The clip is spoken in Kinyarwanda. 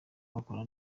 bakora